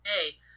Hey